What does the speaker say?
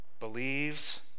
Believes